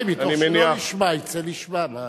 אני מניח, אולי מתוך שלא לשמה יצא לשמה.